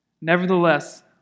Nevertheless